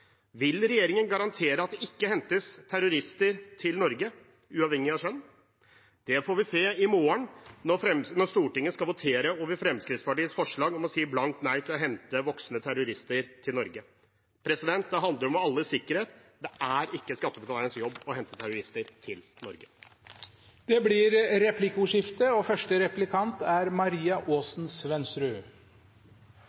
Vil regjeringen garantere at det ikke hentes terrorister til Norge, uavhengig av kjønn? Det får vi se i morgen når Stortinget skal votere over Fremskrittspartiets forslag om å si blankt nei til å hente voksne terrorister til Norge. Det handler om alles sikkerhet. Det er ikke skattebetalernes jobb å hente terrorister til Norge. Det blir replikkordskifte. Jeg er klar over at representanten Wiborg nettopp er